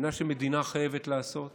מה שמדינה חייבת לעשות